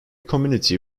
community